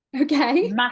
okay